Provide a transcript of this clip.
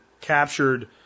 captured